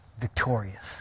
victorious